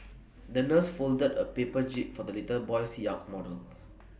the nurse folded A paper jib for the little boy's yacht model